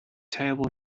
table